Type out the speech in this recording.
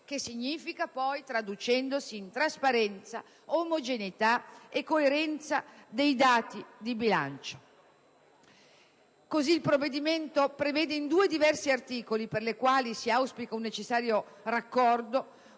che si traduce poi nella trasparenza, omogeneità e coerenza dei dati di bilancio. Così il provvedimento prevede in due diversi articoli - per i quali si auspica un necessario raccordo